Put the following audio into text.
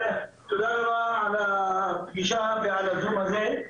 תודה רבה על הפגישה ועל הזום הזה.